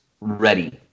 ready